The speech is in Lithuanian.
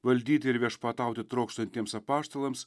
valdyti ir viešpatauti trokštantiems apaštalams